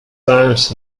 times